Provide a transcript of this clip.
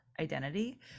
identity